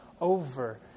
over